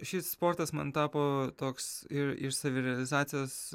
šis sportas man tapo toks ir ir savirealizacijos